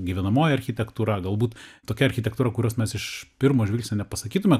gyvenamoji architektūra galbūt tokia architektūra kurios mes iš pirmo žvilgsnio nepasakytume